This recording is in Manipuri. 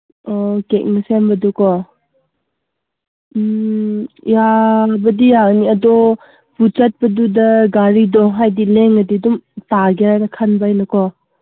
ꯑꯣ ꯀꯦꯛꯅ ꯁꯦꯝꯕꯗꯨꯀꯣ ꯌꯥꯕꯨꯗꯤ ꯌꯥꯅꯤ ꯑꯗꯣ ꯆꯠꯄꯗꯨꯗ ꯒꯥꯔꯤꯗꯣ ꯍꯥꯏꯗꯤ ꯂꯦꯡꯉꯗꯤ ꯑꯗꯨꯝ ꯇꯥꯒꯦꯔꯥꯅ ꯈꯟꯕ ꯑꯩꯅꯀꯣ